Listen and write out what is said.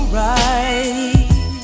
right